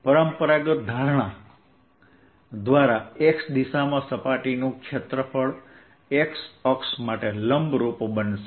પરંપરાગત ધારણા દ્વારા x દિશામાં સપાટીનું ક્ષેત્રફળ x અક્ષ માટે લંબરૂપ બનશે